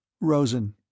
Rosen